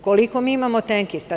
Koliko mi imamo tenkista?